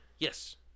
Yes